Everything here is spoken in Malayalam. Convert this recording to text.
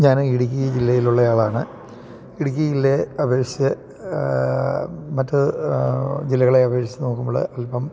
ഞാൻ ഇടുക്കി ജില്ലയിലുള്ള ആളാണ് ഇടുക്കി ജില്ലയെ അപേക്ഷിച്ച് മറ്റ് ജില്ലകളെ അപേക്ഷിച്ച് നോക്കുമ്പോൾ അൽപ്പം